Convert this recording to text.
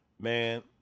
Man